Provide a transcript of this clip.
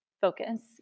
focus